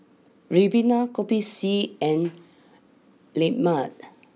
Ribena Kopi C and Lemang